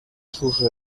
sus